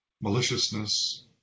maliciousness